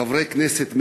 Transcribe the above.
חברי כנסת מהימין.